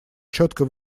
четко